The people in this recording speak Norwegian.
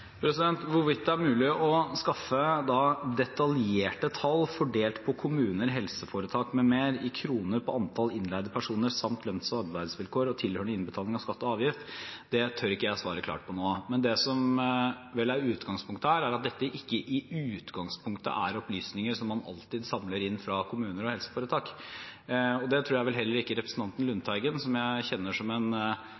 Hvorvidt det er mulig å skaffe detaljerte tall fordelt på kommuner, helseforetak m.m. i kroner på antall innleide personer samt lønns- og arbeidsvilkår og tilhørende innbetaling av skatt og avgift, tør ikke jeg svare klart på nå. Det som vel er utgangspunktet her, er at dette ikke i utgangspunktet er opplysninger som man alltid samler inn fra kommuner og helseforetak. Det tror jeg vel heller ikke representanten